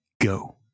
Go